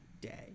day